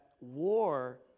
war